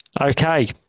Okay